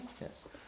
Yes